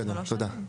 תודה.